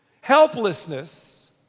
Helplessness